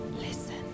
listen